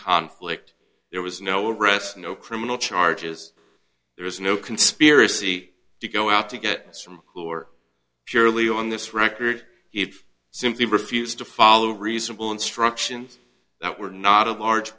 conflict there was no arrest no criminal charges there is no conspiracy to go out to get some who are purely on this record if simply refused to follow reasonable instructions that were not a large